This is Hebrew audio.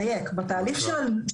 בעיתון בערבית בנצרת,